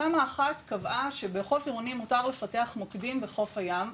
תמ"א1 קבעה שבחוף עירוני מותר לפתח מוקדים בחוף הים,